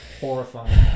horrifying